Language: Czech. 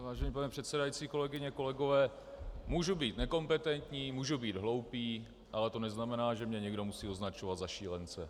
Vážený pane předsedající, kolegyně, kolegové, můžu být nekompetentní, můžu být hloupý, ale to neznamená, že mě někdo musí označovat za šílence.